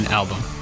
album